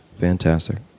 Fantastic